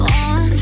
on